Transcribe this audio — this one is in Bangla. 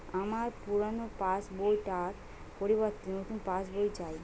আমার পুরানো পাশ বই টার পরিবর্তে নতুন পাশ বই চাই